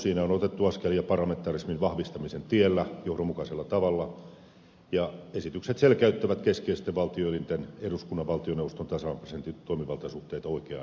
siinä on otettu askelia parlamentarismin vahvistamisen tiellä johdonmukaisella tavalla ja esitykset selkeyttävät keskeisten valtioelinten eduskunnan valtioneuvoston tasavallan presidentin toimivaltasuhteita oikeaan suuntaan